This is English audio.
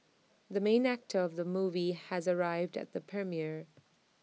the main actor of the movie has arrived at the premiere